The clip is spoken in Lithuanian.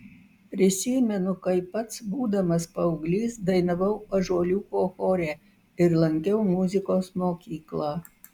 prisimenu kaip pats būdamas paauglys dainavau ąžuoliuko chore ir lankiau muzikos mokyklą